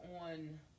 on